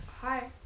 hi